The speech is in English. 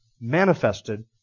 manifested